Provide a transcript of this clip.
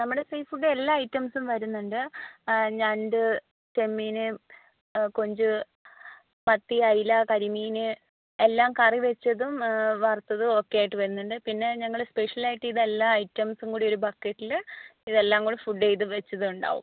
നമ്മുടെ സീ ഫുഡും എല്ലാ ഐറ്റംസും വരുന്നുണ്ട് ഞണ്ട് ചെമ്മീന് കൊഞ്ച് മത്തി അയില കരിമീന് എല്ലാം കറി വെച്ചതും വറുത്തതും ഒക്കെ ആയിട്ട് വരുന്നുണ്ട് പിന്നെ ഞങ്ങള് സ്പെഷ്യലായിട്ട് ഇതെല്ലാ ഐറ്റംസും കൂടെ ഒരു ബക്കറ്റില് ഇതെല്ലാം കൂടെ ഫുഡ് ചെയ്ത് വെച്ചത് ഉണ്ടാവും